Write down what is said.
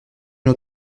une